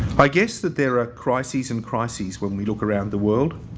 i guess that there are crises and crises when we look around the world